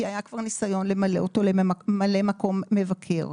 כי היה כבר ניסיון למלא אותו לממלא מקום מבקר.